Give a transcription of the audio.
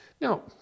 Now